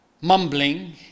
mumbling